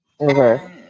Okay